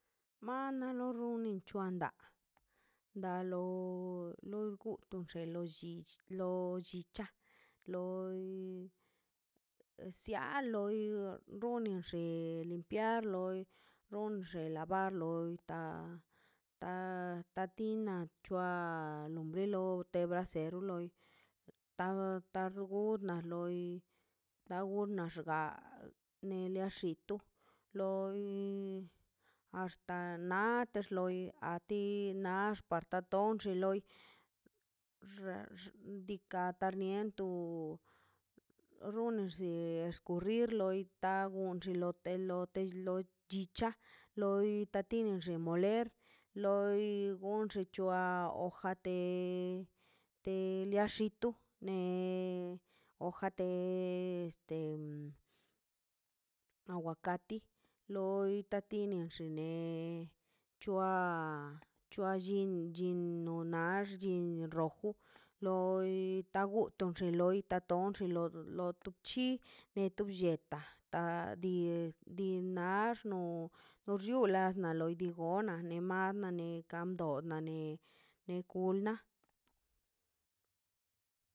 Mala lo runda chuanda da lo lo gun da xen loi llich lo chicha loi sia loi runinxe de limpiarlo runi xen lavarlo loita ta tatina chua lombre lotebrasero lo targunna loi tagunna xga ne liaxito loi axta natex loi a ti naxt parta ton xinloi diika' tarniento xuninxix kurir loita tagon turi xilotoi chicha loi tatini xe loi igon xichua hoja de de liaxito ne de hoja de este aguacati loi tatinixi ne chua chua llinni no nax chini roju loi taguton xin loi taton lo tuchi neto blleta tadina nax no no xulas loi digonan ne mananeka dona ne ne kulna